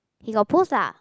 he got post lah